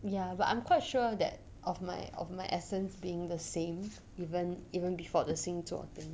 ya but I'm quite sure that of my of my essence being the same even even before the 星座 thing